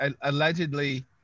Allegedly